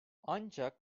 ancak